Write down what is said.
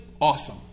awesome